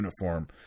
uniform